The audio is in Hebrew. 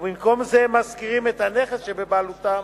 ובמקום זה הם משכירים את הנכס שבבעלותם